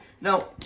Now